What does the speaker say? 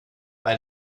bei